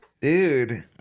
Dude